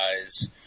guys